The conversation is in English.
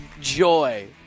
Joy